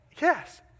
Yes